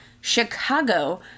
Chicago